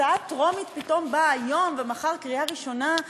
הצעה טרומית פתאום באה היום, ומחר, קריאה ראשונה.